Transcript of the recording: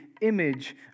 image